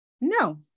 No